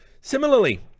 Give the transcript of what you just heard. Similarly